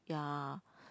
ya